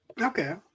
okay